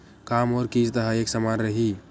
का मोर किस्त ह एक समान रही?